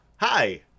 Hi